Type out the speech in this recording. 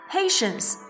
Patience